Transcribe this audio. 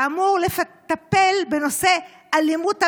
שאמור לטפל בנושא אלימות המתנחלים,